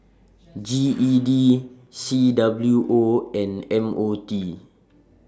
G E D C W O and M O T